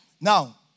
now